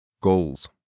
Goals